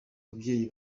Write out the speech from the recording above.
babyeyi